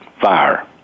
fire